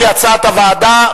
כהצעת הוועדה,